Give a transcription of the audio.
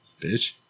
bitch